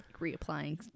reapplying